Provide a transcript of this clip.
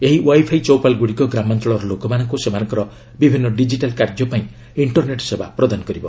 ଏହି ୱାଇଫାଇ ଚୌପାଲ୍ ଗୁଡ଼ିକ ଗ୍ରାମାଞ୍ଚଳର ଲୋକମାନଙ୍କୁ ସେମାନଙ୍କର ବିଭିନ୍ନ ଡିକିଟାଲ୍ କାର୍ଯ୍ୟ ପାଇଁ ଇଣ୍ଟରନେଟ୍ ସେବା ପ୍ରଦାନ କରିବ